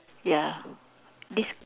ya this